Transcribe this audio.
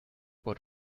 but